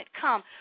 come